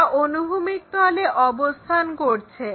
এটা অনুভূমিক তলে অবস্থান করছে